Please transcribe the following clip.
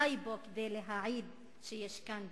די בו כדי להעיד שיש כאן בעיה.